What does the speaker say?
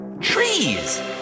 trees